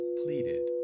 pleaded